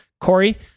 Corey